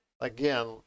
Again